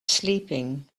sleeping